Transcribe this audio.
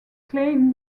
claimed